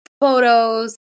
photos